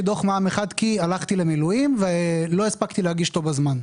דוח מע"מ אחד כי הלכתי למילואים ולא הספקתי להגיש אותו בזמן.